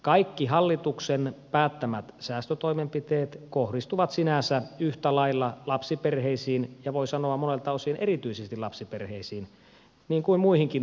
kaikki hallituksen päättämät säästötoimenpiteet kohdistuvat sinänsä yhtä lailla lapsiperheisiin ja voi sanoa monelta osin erityisesti lapsiperheisiin niin kuin muihinkin talouksiin